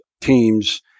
teams